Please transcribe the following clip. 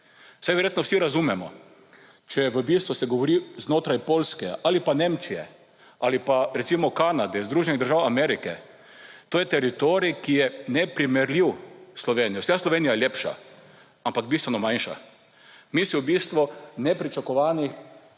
Saj verjetno vsi razumemo, če v bistvu se govori znotraj poljske ali pa Nemčije ali pa recimo Kanade, Združenih držav Amerike, to je teritorij, ki je neprimerljiv s Slovenijo. Slovenija je lepša, ampak bistveno manjša. Mi si v bistvu nepričakovani